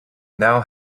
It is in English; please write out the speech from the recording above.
now